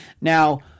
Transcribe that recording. now